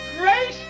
great